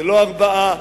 לא ארבעה,